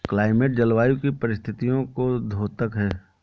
climate जलवायु की परिस्थितियों का द्योतक है